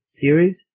series